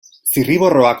zirriborroak